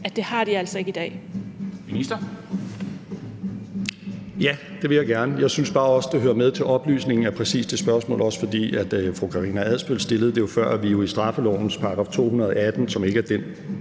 at det har de altså ikke i dag.